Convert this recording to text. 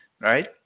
right